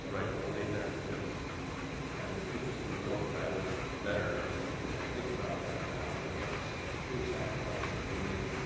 right it was named after him and it's interesting to note that i was there and and and i think about that now and and what the supreme sacrifices they made.